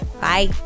Bye